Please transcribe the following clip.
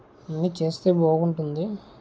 అన్ని చేస్తే బాగుంటుంది